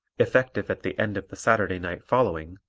effective at the end of the saturday night following,